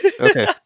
Okay